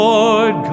Lord